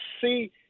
see